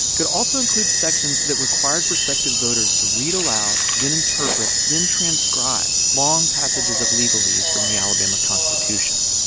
could also include sections that required prospective voters to read aloud, then interpret, then transcribe long passages of legalese from the alabama constitution,